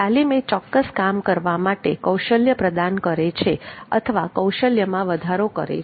તાલીમ એ ચોક્કસ કામ કરવા માટે કૌશલ્ય પ્રદાન કરે છે અથવા તેમાં વધારો કરે છે